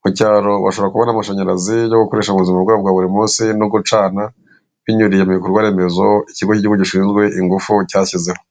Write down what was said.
Mu cyaro bashobora kubona amashanyarazi yo gukoresha ubuzima bwabo bwa buri munsi no gucana, binyuriye mu bikorwaremezo ikigo cy'gihugu gishinzwe ingufu cyashyizeho.